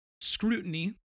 scrutiny